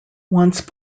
once